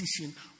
decision